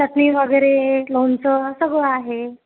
चटणी वगैरे लोणचं सगळं आहे